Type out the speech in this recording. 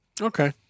Okay